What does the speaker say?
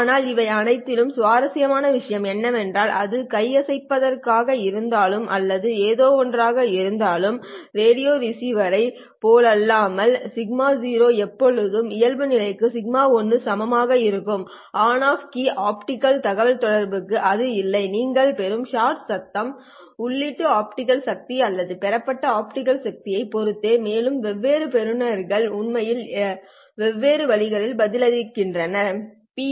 ஆனால் இவை அனைத்திலும் சுவாரஸ்யமான விஷயம் என்னவென்றால் அது கை அசைப்பதாக இருந்தாலும் அல்லது ஏதோவொன்றாக இருந்தாலும் ரேடியோ ரிசீவரைப் போலல்லாமல் σ0 எப்போதும் இயல்புநிலைக்கு σ1 சமமாக இருக்கும் ஆன் ஆஃப் கீயிங் ஆப்டிகல் தகவல்தொடர்புக்கு அது இல்லை நீங்கள் பெறும் ஷாட் சத்தம் உள்ளீட்டு ஆப்டிகல் சக்தி அல்லது பெறப்பட்ட ஆப்டிகல் சக்தியைப் பொறுத்தது மேலும் வெவ்வேறு பெறுநர்கள் உண்மையில் வெவ்வேறு வழிகளில் பதிலளிக்கின்றனர் சரி